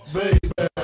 baby